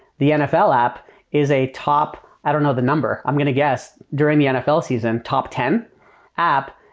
the nfl app is a top. i don't know the number. i'm going to guess. during the nfl season, top ten app.